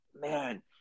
man